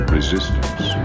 Resistance